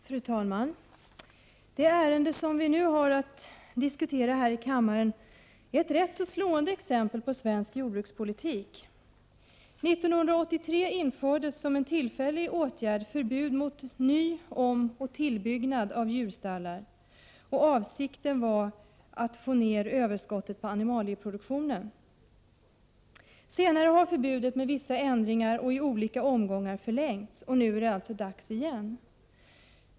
Fru talman! Det ärende vi nu har att diskutera är ett slående exempel på svensk jordbrukspolitik. År 1983 infördes, som en tillfällig åtgärd, förbud mot ny-, omoch tillbyggnad av djurstallar. Avsikten var att få ner överskottet på animalieproduktionen. Senare har förbudet, med vissa ändringar, förlängts i olika omgångar, och nu är det alltså dags igen.